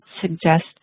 suggest